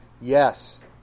Yes